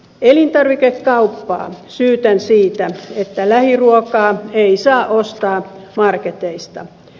elintarvikekauppaa syytän siitä että lähiruokaa ei saa ostaa marketeista